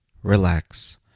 relax